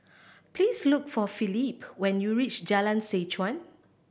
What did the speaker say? please look for Felipe when you reach Jalan Seh Chuan